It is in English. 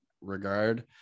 regard